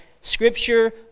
Scripture